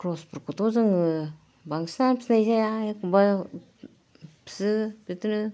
ख्रसफोरखौथ' जोङो बांसिनानो फिसिनाय जाया एखम्बा फिसियो बिदिनो